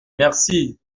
merci